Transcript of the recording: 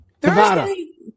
Thursday